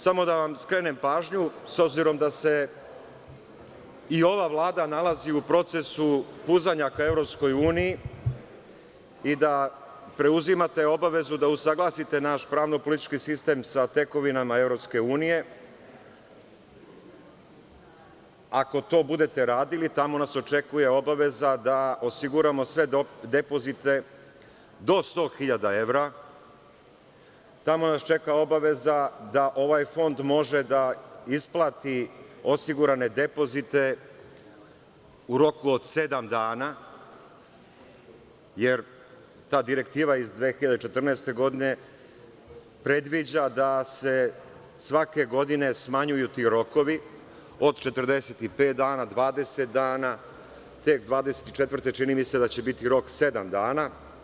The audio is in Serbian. Samo da vam skrenem pažnju, s obzirom da se i ova Vlada nalazi u procesu puzanja ka EU i da preuzimate obavezu da usaglasite naš pravno-politički sistem sa tekovinama EU, ako to budete radili, tamo nas očekuje obaveza da osiguramo sve depozite do 100.000 evra, tamo nas čeka obaveza da ovaj fond može da isplati osigurane depozite u roku od sedam dana, jer ta direktiva iz 2014. godine predviđa da se svake godine smanjuju ti rokovi od 45 dana, 20 dana, tek 24. čini mi se da će rok biti sedam dana.